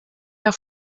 der